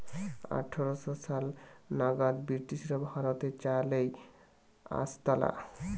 আঠার শ সাল নাগাদ ব্রিটিশরা ভারতে চা লেই আসতালা